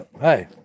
Hey